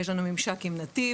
יש לנו ממשק עם נתיב.